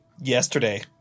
yesterday